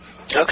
Okay